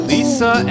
Lisa